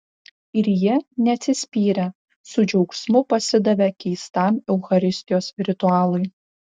ir jie neatsispyrė su džiaugsmu pasidavė keistam eucharistijos ritualui